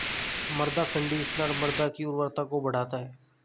मृदा कंडीशनर मृदा की उर्वरता को बढ़ाता है